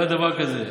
לא היה דבר כזה.